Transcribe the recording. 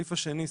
הסעיף השני,